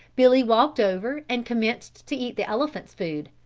billy walked over and commenced to eat the elephant's food.